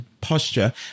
posture